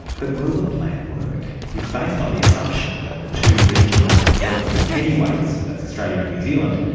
but will the plan work? it's based on the assumption that the two regional wealthy heavyweights, that's australia and new zealand,